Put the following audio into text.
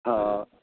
हाँ